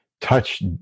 touch